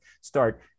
start